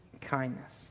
kindness